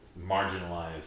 marginalized